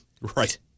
Right